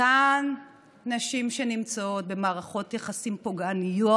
לאותן נשים שנמצאות במערכות יחסים פוגעניות